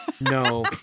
no